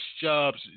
jobs